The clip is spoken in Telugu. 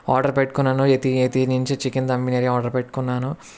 ఆర్డర్ పెట్టుకున్నాను ఎతి ఎతి నుంచి చికెన్ దమ్ బిర్యానీ ఆర్డర్ పెట్టుకున్నాను